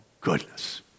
goodness